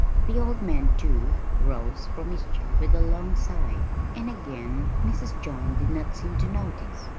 the old man, too, rose from his chair with a long sigh and again mrs. john did not seem to notice.